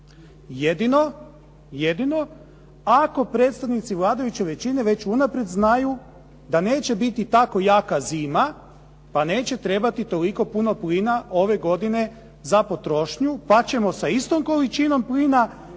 Jedino ako predstavnici vladajuće većine već unaprijed znaju da neće biti tako jaka zima pa neće trebati toliko puno plina ove godine za potrošnju pa ćemo sa istom količinom plina istog